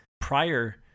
prior